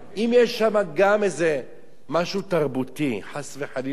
אם יש שם גם משהו תרבותי חס וחלילה